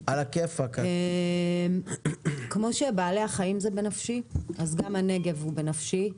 כמו שבעלי החיים הם בנפשי אז גם הנגב הוא בנפשי.